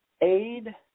aid